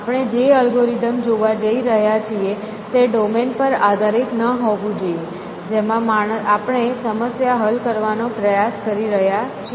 આપણે જે અલ્ગોરિધમ જોવા જઈ રહ્યા છીએ તે ડોમેન પર આધારિત ન હોવું જોઈએ જેમાં આપણે સમસ્યા હલ કરવાનો પ્રયાસ કરી રહ્યા છીએ